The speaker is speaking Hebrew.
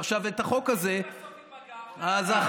עכשיו, את החוק הזה, ומי ייפגע בסוף?